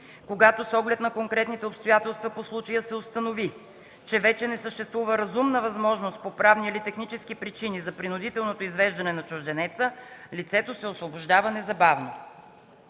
Когато с оглед на конкретните обстоятелства по случая се установи, че вече не съществува разумна възможност по правни или технически причини за принудителното извеждане на чужденеца, лицето се освобождава незабавно.”